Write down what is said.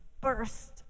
burst